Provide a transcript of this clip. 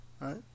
right